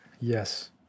Yes